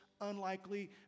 unlikely